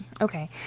Okay